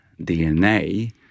DNA